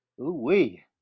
Ooh-wee